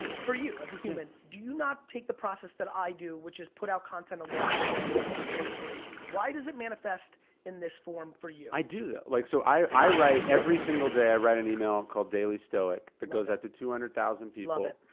for you, as a human, do you not take the process that i do, which is put out content along the way for free why does it manifest in this form for you? i do, though. like, so i i write, every single day i write an email called daily stoic, that goes out to two hundred thousand people. love it.